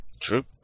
True